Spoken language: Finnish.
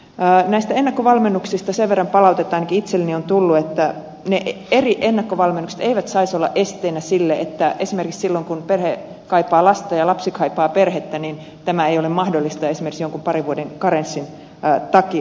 näistä ennakkovalmennuksista sen verran palautetta ainakin itselleni on tullut että ne eri ennakkovalmennukset eivät saisi olla esteenä siinä että esimerkiksi silloin kun perhe kaipaa lasta ja lapsi kaipaa perhettä tämä ei ole mahdollista esimerkiksi jonkun parin vuoden karenssin takia